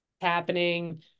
happening